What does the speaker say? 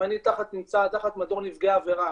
אם אני נמצא תחת מדור נפגעי עבירה